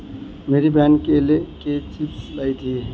मेरी बहन केले के चिप्स लाई थी